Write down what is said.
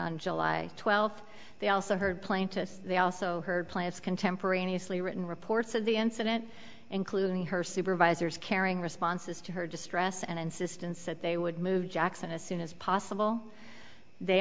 on july twelfth they also heard plaintiff's they also heard plans contemporaneously written reports of the incident including her supervisors caring responses to her distress and insistence that they would move jackson as soon as possible they